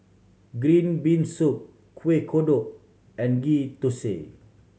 green bean soup Kuih Kodok and Ghee Thosai